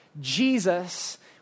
Jesus